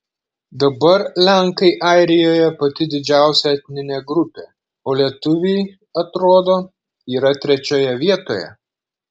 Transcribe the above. dabar lenkai airijoje pati didžiausia etninė grupė o lietuviai atrodo yra trečioje vietoje